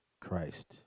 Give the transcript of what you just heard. Christ